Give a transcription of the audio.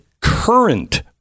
current